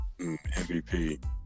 MVP